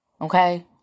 Okay